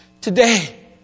Today